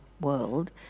world